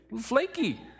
Flaky